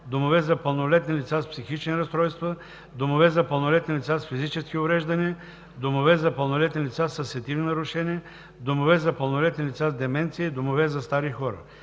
домове за пълнолетни лица с психични разстройства, домове за пълнолетни лица с физически увреждания, домове за пълнолетни лица със сетивни нарушения, домове за пълнолетни лица с деменция и домове за стари хора.